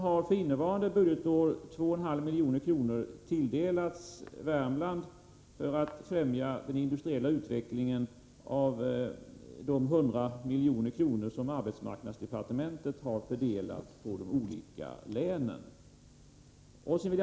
För innevarande budgetår har dessutom 2,5 milj.kr. av de 100 miljoner som arbetsmarknadsdepartementet har fördelat till de olika länen tilldelats Värmland för att främja den industriella utvecklingen.